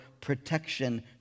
protection